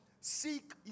Seek